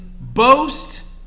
boast